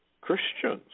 Christians